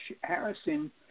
Harrison